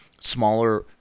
smaller